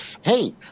hey